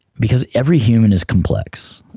because every human is complex,